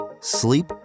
sleep